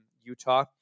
Utah